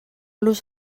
los